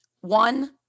One